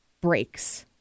breaks